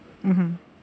mmhmm